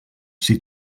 s’hi